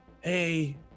Hey